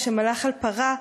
/ שמלך על פרה,